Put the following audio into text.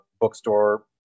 bookstore